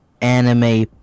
anime